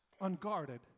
unguarded